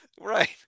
right